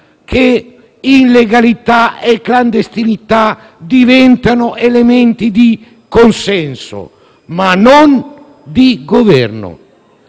che illegalità e clandestinità diventano elementi di consenso; ma non di Governo.